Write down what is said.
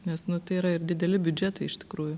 nes nu tai yra ir dideli biudžetai iš tikrųjų